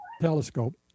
telescope